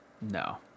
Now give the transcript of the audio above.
No